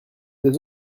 deux